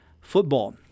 football